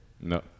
no